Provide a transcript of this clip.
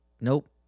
Nope